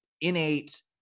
innate